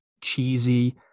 cheesy